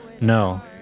No